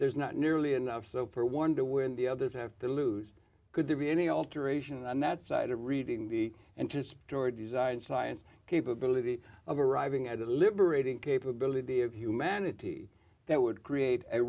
there's not nearly enough so for one to win the others have to lose could there be any alteration on that side of reading b and just toward design science capability of arriving at a liberating capability of humanity that would create a